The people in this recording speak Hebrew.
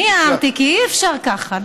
אני הערתי, כי אי-אפשר ככה.